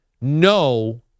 no